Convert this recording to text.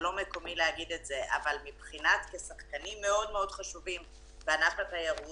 זה לא מקומי להגיד את זה אבל כשחקנים מאוד מאוד חשובים בענף התיירות,